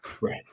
right